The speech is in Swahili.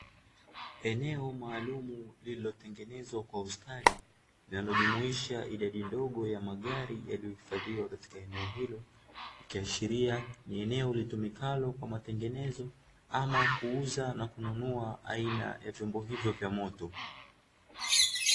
Eneo maalumu lililotengenezwa kwa ustadi, linalojumuisha idadi ndogo ya magari yaliyohifadhiwa kwenye eneo hilo, ikiashiria ni eneo litumikalo kwa matengenezo ama kuuza na kununua aina ya vyombo hivyo vya moto.